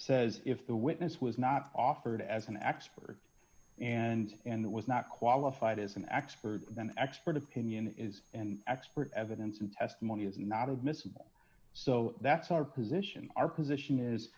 says if the witness was not offered as an expert and it was not qualified as an expert then expert opinion is and expert evidence and testimony is not admissible so that's our position our position is